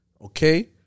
Okay